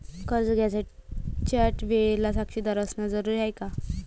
कर्ज घ्यायच्या वेळेले साक्षीदार असनं जरुरीच हाय का?